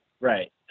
right